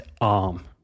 arm